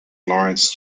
laurence